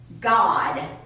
God